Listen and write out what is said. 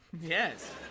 Yes